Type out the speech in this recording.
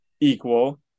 equal